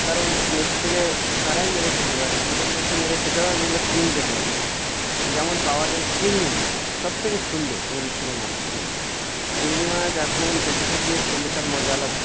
কারণ নদীর থেকে তারাই মেরে খেতে পারে দূরের লোক তো মেরে খেতে পারে না কিনতে পারবে যেমন পাওয়া যায় চিংড়ি মাছ সব থেকে সুন্দর নদীর থেকে মারার জন্য চিংড়ি মাছ এখন কচু শাক দিয়ে খেলে তার মজা আলাদা